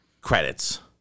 Credits